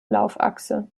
laufachse